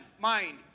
mind